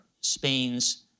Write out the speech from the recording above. Spain's